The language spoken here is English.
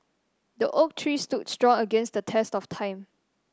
the oak tree stood strong against the test of time